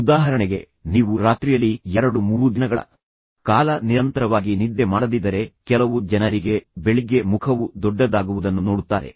ಉದಾಹರಣೆಗೆ ನೀವು ರಾತ್ರಿಯಲ್ಲಿ ಎರಡು ಮೂರು ದಿನಗಳ ಕಾಲ ನಿರಂತರವಾಗಿ ನಿದ್ದೆ ಮಾಡದಿದ್ದರೆ ಕೆಲವು ಜನರಿಗೆ ಬೆಳಿಗ್ಗೆ ಮುಖವು ದೊಡ್ಡದಾಗುವುದನ್ನು ನೋಡುತ್ತಾರೆ